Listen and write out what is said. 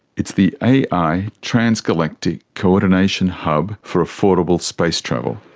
it's the ai transgalactic coordination hub for affordable space travel.